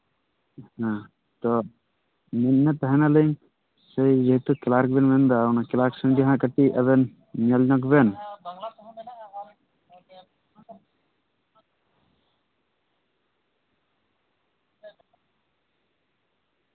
ᱦᱮᱸ ᱛᱚ ᱢᱮᱱᱮᱛ ᱛᱟᱦᱮᱱᱟᱞᱤᱧ ᱦᱮᱸ ᱡᱮᱦᱮᱛᱩ ᱠᱞᱟᱨᱠ ᱵᱮᱱ ᱢᱮᱱᱫᱟ ᱚᱱᱟ ᱠᱞᱟᱨᱠ ᱥᱮᱱ ᱡᱟᱦᱟᱸ ᱠᱟᱹᱴᱤᱡ ᱟᱵᱮᱱ ᱧᱮᱞ ᱧᱚᱜᱽ ᱵᱮᱱ